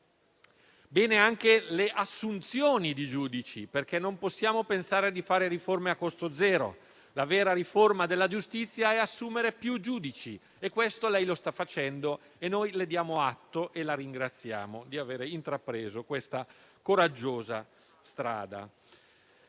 Bene anche le assunzioni di giudici, perché non possiamo pensare di fare riforme a costo zero. La vera riforma della giustizia è assumere più giudici, e questo lei lo sta facendo, Ministro: gliene diamo atto e la ringraziamo di aver intrapreso questa coraggiosa strada.